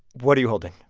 what are you holding?